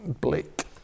Blake